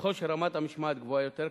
ככל שרמת המשמעת גבוהה יותר,